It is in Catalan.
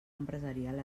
empresarial